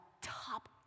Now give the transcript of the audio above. top